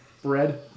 Bread